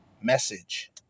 Message